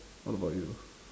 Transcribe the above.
what about you